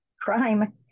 Crime